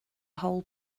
whole